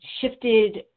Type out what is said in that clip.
shifted